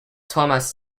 thomas